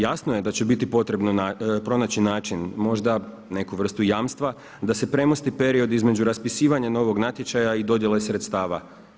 Jasno je da će biti potrebno pronaći način, možda neku vrstu jamstva da se premosti period između raspisivanja novog natječaja i dodjele sredstava.